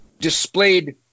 displayed